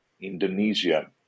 Indonesia